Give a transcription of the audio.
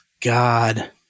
God